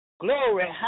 Glory